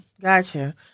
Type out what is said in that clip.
gotcha